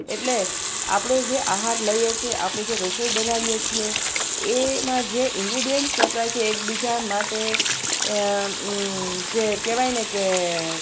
એટલે આપણો જે આહાર લઈએ છીએ આપણે જે રસોઈ બનાવીએ છીએ એમાં જે ઇન્ડગ્રીયન્ટ્સ વપરાય છે એકબીજા માટે અમ જે કહેવાયને કે